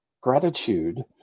gratitude